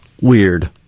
weird